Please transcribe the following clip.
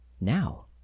now